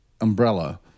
umbrella